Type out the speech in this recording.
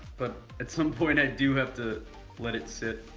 but at some point i do have to let it sit,